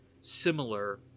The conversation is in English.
similar